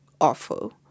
awful